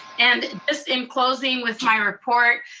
and this in closing with my report,